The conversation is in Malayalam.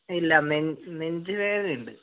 ഇല്ല നെഞ്ചുവേദന ഉണ്ട്